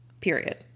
period